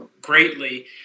greatly